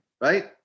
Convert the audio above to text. right